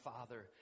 Father